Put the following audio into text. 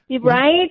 right